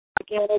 again